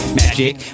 magic